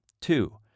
Two